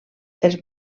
els